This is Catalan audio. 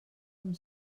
amb